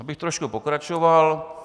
Já bych trošku pokračoval.